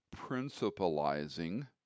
principalizing